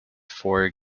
four